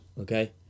Okay